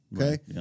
Okay